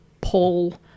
Paul